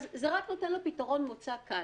אז זה רק נותן פתרון מוצא קל.